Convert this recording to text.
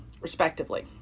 respectively